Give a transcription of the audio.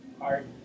art